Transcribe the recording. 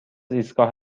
ایستگاه